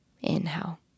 Inhale